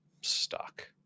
stuck